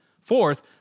Fourth